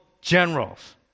generals